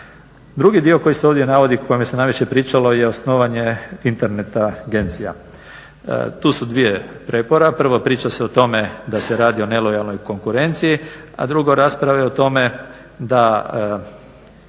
Drugi dio koji se ovdje navodi, o kome se najviše pričalo je osnivanje Internet agencija. Tu su dvije prijepora, prvo priča se o tome da se radi o nelojalnoj konkurenciji a drugo rasprave o tome da